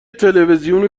تلوزیون